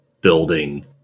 building